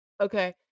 okay